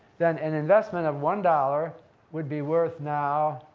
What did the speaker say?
then an investment of one dollars would be worth, now,